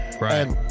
right